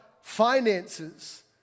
finances